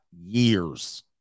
years